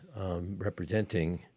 representing